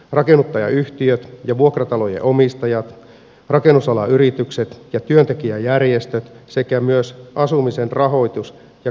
rakennuttajayhtiöt ja vuokratalojen omistajat rakennusalan yritykset ja työntekijäjärjestöt sekä myös asumisen rahoitus ja kehittämiskeskus ara